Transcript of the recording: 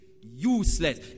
useless